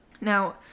Now